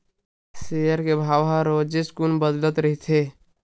share के भाव ह रोजेच कुन बदलत रहिथे